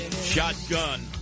Shotgun